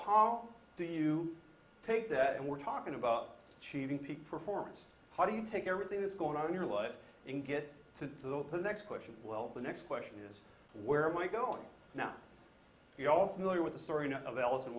how do you take that and we're talking about cheating peak performance how do you take everything that's going on in your life and get to the next question well the next question is where am i going now with the sort of alice in